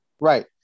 Right